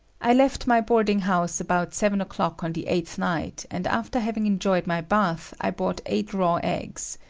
i left my boarding house about seven o'clock on the eighth night and after having enjoyed my bath, i bought eight raw eggs.